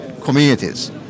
communities